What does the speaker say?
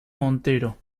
montero